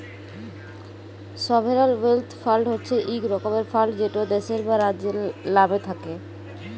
sovereign wealth fund হছে ইক রকমের ফাল্ড যেট দ্যাশের বা রাজ্যের লামে থ্যাকে